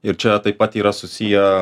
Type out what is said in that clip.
ir čia taip pat yra susiję